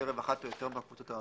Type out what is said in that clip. מקרב אחת או יותר מהקבוצות האמורות."